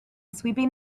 sweeping